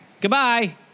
Goodbye